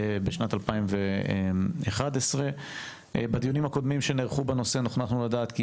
בשנת 2011. בדיונים הקודמים שנערכו בנושא נוכחנו לדעת כי